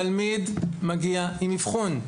תלמיד מגיע עם אבחון.